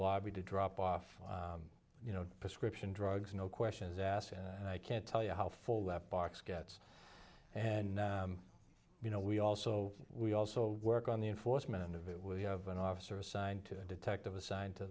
lobby to drop off you know prescription drugs no questions asked and i can't tell you how full that box gets and you know we also we also work on the enforcement end of it was you have an officer assigned to the detective assigned to